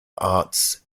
arts